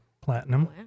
Platinum